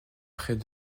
près